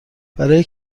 برای